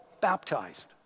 baptized